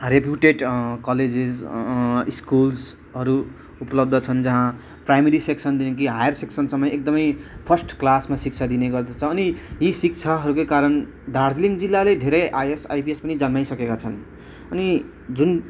reputed colleges स्कुल्सहरू उपलब्ध छन् जहाँ प्राइमेरी सेक्सनदेखि हायर सेक्सनसम्मै एकदमै फर्स्ट क्लासमा शिक्षा दिने गर्दछ अनि यी शिक्षाहरूकै कारण दार्जिलिङ जिल्लाले धेरै आइएएस आइपिएस पनि जन्माइसकेका छन् अनि जुन